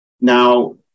Now